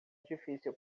difícil